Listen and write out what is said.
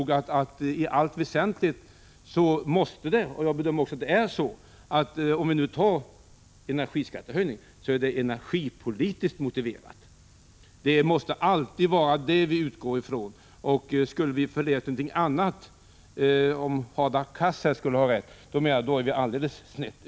Jag menar att i allt väsentligt måste — jag bedömer också att det är så — en energiskattehöjning, om vi nu beslutar oss för en sådan, vara energipolitiskt motiverad. Det måste alltid vara det vi utgår från. Skulle vi gå efter någonting annat — om Hadar Cars här skulle ha rätt — hamnar vi alldeles snett.